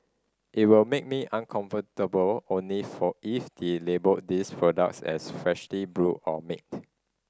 it will make me uncomfortable only for if they label these products as freshly brewed or made